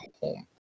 home